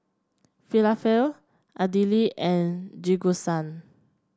Falafel Idili and Jingisukan